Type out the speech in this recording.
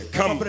Come